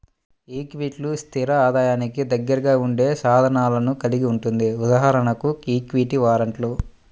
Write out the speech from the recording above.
ఈక్విటీలు, స్థిర ఆదాయానికి దగ్గరగా ఉండే సాధనాలను కలిగి ఉంటుంది.ఉదాహరణకు ఈక్విటీ వారెంట్లు